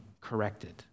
corrected